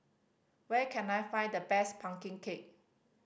where can I find the best pumpkin cake